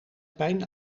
pijn